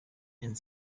and